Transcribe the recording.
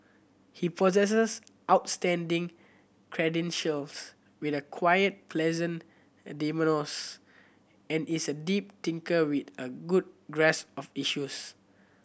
he possesses outstanding credentials with a quiet pleasant and is a deep thinker with a good grasp of issues